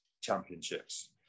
championships